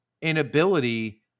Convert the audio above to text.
inability